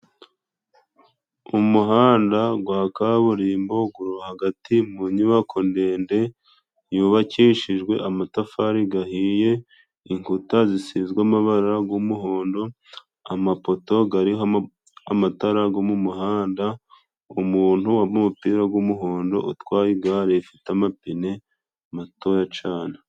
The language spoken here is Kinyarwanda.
Umuhanda gwa kaburimbo, hagati mu nyubako ndende yubakishijwe amatafari gahiye, inkuta zisizwe amabara g'umuhondo, amapoto gariho amatara go mu muhanda, umuntu wambaye umupira g'umuhondo utwaye igare rifite amapine matoya cane.